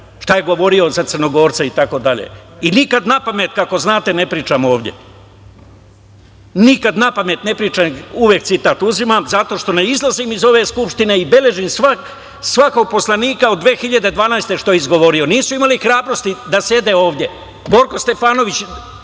šta je govorio za Crnogorce itd, i nikada napamet, kako znate, ne pričam ovde. Nikada napamet ne pričam, uvek citat uzimam, zato što ne izlazim iz ove Skupštine i beležim svakog poslanika od 2012. godine, što je izgovorio. Nisu imali hrabrosti da sede ovde. Borko Stefanović,